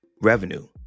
revenue